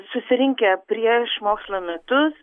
susirinkę prieš mokslo metus